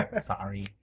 sorry